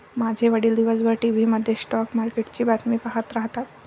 माझे वडील दिवसभर टीव्ही मध्ये स्टॉक मार्केटची बातमी पाहत राहतात